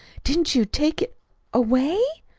didn't you take it away?